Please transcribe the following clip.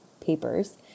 papers